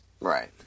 right